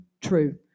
true